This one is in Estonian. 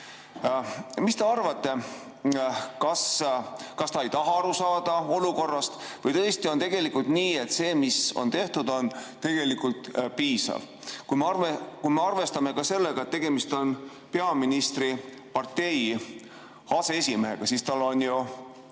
te arvate, kas ta ei taha aru saada olukorrast või tõesti on nii, et see, mis on tehtud, on tegelikult piisav? Kui me arvestame ka sellega, et tegemist on peaministri partei aseesimehega, siis tal on ju